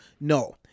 No